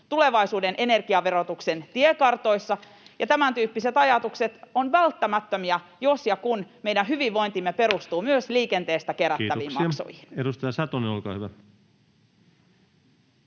tulevaisuuden energiaverotuksen tiekartoissa, ja tämäntyyppiset ajatukset ovat välttämättömiä, jos ja kun meidän hyvinvointimme perustuu myös liikenteestä kerättäviin maksuihin. [Speech 42] Speaker: